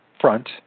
front